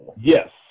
yes